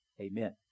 Amen